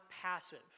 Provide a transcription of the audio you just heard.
passive